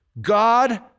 God